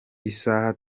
isaha